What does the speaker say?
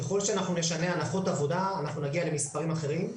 ככל שאנחנו נשנה הנחות עבודה אנחנו נגיע למספרים אחרים,